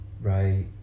Right